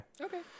okay